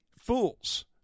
fools